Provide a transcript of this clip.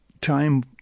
Time